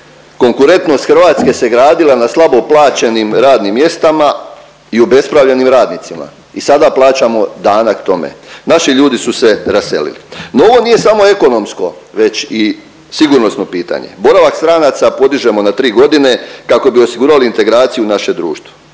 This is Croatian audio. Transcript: konkurentnost Hrvatske se gradila na slabo plaćenim radnim mjestama i obespravljenim radnicima i sada plaćamo danak tome. Naši ljudi su se raselili. No, ovo nije samo ekonomsko već i sigurnosno pitanje. Boravak stranaca podižemo na 3 godine kako bi osigurali integraciju u naše društvo.